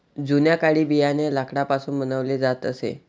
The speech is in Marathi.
जुन्या काळी बियाणे लाकडापासून बनवले जात असे